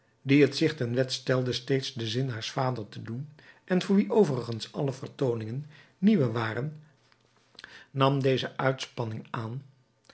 die het zich ten wet stelde steeds den zin haars vaders te doen en voor wie overigens alle vertooningen nieuw waren nam deze uitspanning aan